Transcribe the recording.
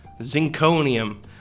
zinconium